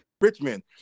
Richmond